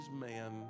man